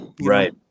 Right